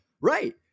Right